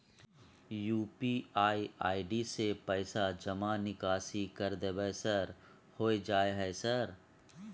UPI ID से पैसा जमा निकासी कर देबै सर होय जाय है सर?